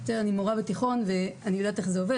אני מורה בתיכון ואני יודעת איך זה עובד